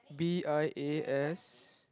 B I A S